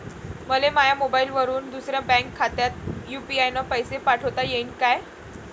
मले माह्या मोबाईलवरून दुसऱ्या बँक खात्यात यू.पी.आय न पैसे पाठोता येईन काय?